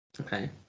Okay